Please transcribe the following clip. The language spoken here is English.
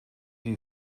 you